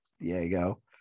Diego